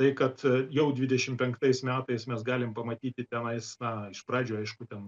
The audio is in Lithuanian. tai kad jau dvidešim penktais metais mes galim pamatyti tenais na iš pradžių aišku ten